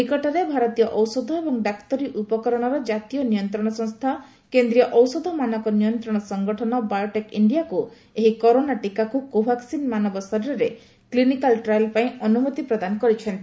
ନିକଟରେ ଭାରତୀୟ ଔଷଧ ଏବଂ ଡାକ୍ତରୀ ଉପକରଣର ଜାତୀୟ ନିୟନ୍ତ୍ରଣ ସଂସ୍ଥା କେନ୍ଦ୍ରୀୟ ଔଷଧ ମାନକ ନିୟନ୍ତ୍ରଣ ସଂଗଠନ ବାୟୋଟେକ୍ ଇଣ୍ଡିଆକୁ ଏହି କରୋନା ଟୀକାକୁ କୋଭାକୁନ୍ ମାନବ ଶରୀରରେ କୁିନିକାଲ ଟ୍ରାଏଲ୍ ପାଇଁ ଅନୁମତି ପ୍ରଦାନ କରିଛନ୍ତି